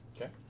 Okay